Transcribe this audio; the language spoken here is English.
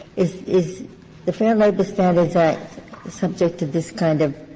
is is the fair labor standards act subject to this kind of